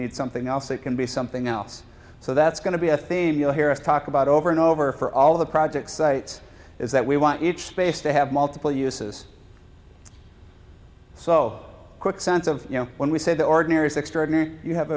need something else it can be something else so that's going to be a theme you'll hear us talk about over and over for all of the projects sites is that we want each space to have multiple uses so quick sense of you know when we say the ordinary sixty ordinary you have